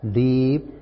deep